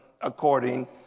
according